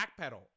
backpedal